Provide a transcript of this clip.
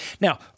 Now